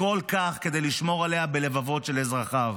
כל כך כדי לשמור עליה בלבבות של אזרחיו.